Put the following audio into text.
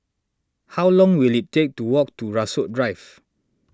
how long will it take to walk to Rasok Drive